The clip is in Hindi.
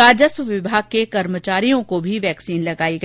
राजस्व विभाग के कर्मचारियों वैक्सिन लगाई गई